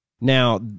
Now